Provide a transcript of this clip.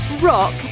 rock